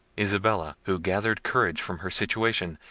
isabella, who gathered courage from her situation,